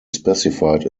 specified